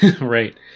Right